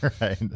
Right